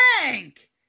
Bank